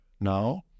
now